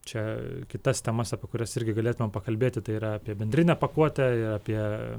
čia kitas temas apie kurias irgi galėtumėm pakalbėti tai yra apie bendrinę pakuotę apie